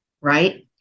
right